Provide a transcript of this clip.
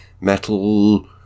metal